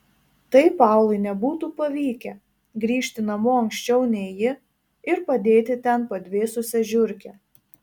tai paului nebūtų pavykę grįžti namo anksčiau nei ji ir padėti ten padvėsusią žiurkę